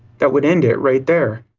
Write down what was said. that would end it, right there.